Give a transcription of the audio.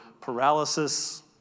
paralysis